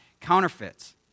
counterfeits